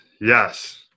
Yes